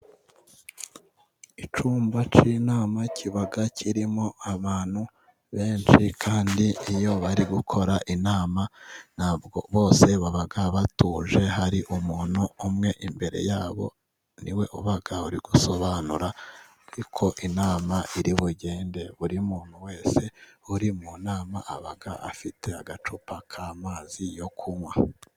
Icyumba cy'inama kiba kirimo abantu benshi ,kandi iyo bari gukora inama bose baba batuje ,hari umuntu umwe imbere yabo ni we uba uri gusobanura uko inama iri bugende, buri muntu wese uri mu nama aba afite agacupa k'amazi yo kunywa.